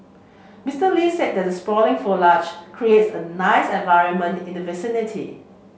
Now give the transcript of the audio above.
Mister Lee said the sprawling foliage creates a nice environment in the vicinity